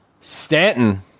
Stanton